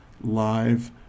live